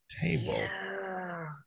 table